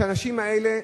שהאנשים האלה,